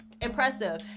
impressive